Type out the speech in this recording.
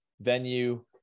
venue